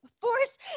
Force